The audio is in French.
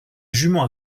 jument